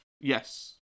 Yes